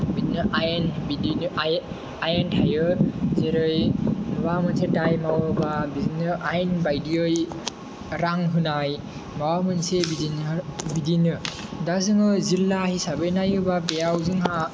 बिदिनो आयेन बिदिनो आये आयेन थायो जेरै माबा मोनसे दाय मावोबा बिदिनो आयेन बायदियै रां होनाय माबा मोनसे बिदिनो बिदिनो दा जोङो जिल्ला हिसाबै नायोबा बेयाव जोंहा